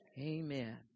Amen